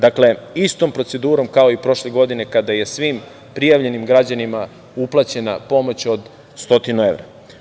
Dakle, istom procedurom kao i prošle godine kada je svim prijavljenim građanima uplaćena pomoć od 100 evra.